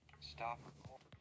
Stop